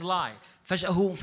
life